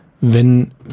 wenn